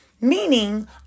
meaning